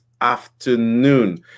afternoon